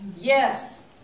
Yes